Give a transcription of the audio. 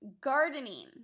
gardening